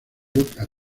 look